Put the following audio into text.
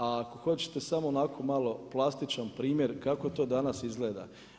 A ako hoćete samo onako malo plastičan primjer, kako to danas izgleda.